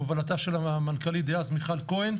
בהובלתה של המנכ"לית דאז מיכל כהן,